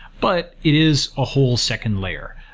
but it is a whole second layer.